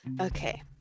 Okay